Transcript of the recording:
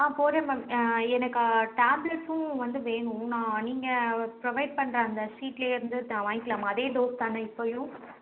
ஆ போடுறேன் மேம் எனக்கு டேப்லெட்ஸும் வந்து வேணும் நான் நீங்கள் ப்ரோவைட் பண்ணுற அந்த சீட்லையே இருந்து த வாங்கிக்கலாமா அதே டோஸ் தானே இப்பையும்